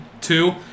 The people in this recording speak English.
Two